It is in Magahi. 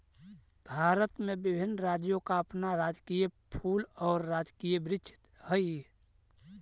भारत में विभिन्न राज्यों का अपना राजकीय फूल और राजकीय वृक्ष हई